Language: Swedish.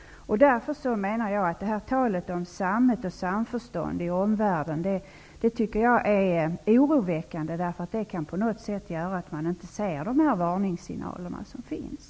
Därför menar jag att talet om samförstånd i omvärlden är oroväckande. Det kan göra att man inte ser de varningssignaler som finns.